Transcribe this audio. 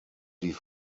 die